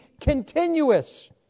continuous